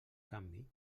canvi